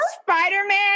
spider-man